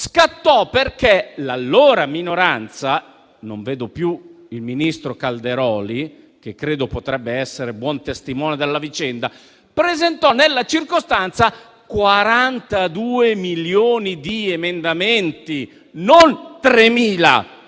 scattò perché l'allora minoranza - non vedo più il ministro Calderoli, che credo potrebbe essere un buon testimone della vicenda - presentò nella circostanza 42 milioni di emendamenti, non 3.000.